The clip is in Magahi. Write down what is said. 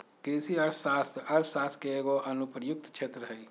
कृषि अर्थशास्त्र अर्थशास्त्र के एगो अनुप्रयुक्त क्षेत्र हइ